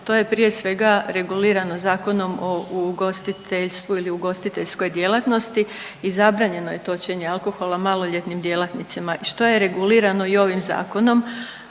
to je prije svega regulirano Zakonom o ugostiteljstvu ili ugostiteljskoj djelatnosti i zabranjeno je točenje alkohola maloljetnim djelatnicima i što je regulirano i ovim zakonom,